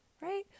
right